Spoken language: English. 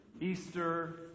Easter